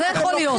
זה יכול להיות.